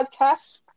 podcast